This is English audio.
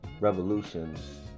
revolutions